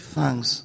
thanks